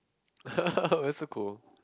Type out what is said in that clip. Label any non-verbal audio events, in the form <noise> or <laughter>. <laughs> why so cool